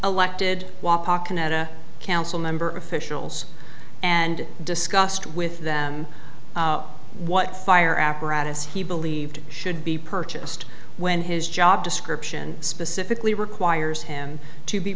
elected council member officials and discussed with them what fire apparatus he believed should be purchased when his job description specifically requires him to be